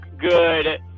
good